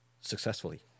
successfully